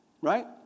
right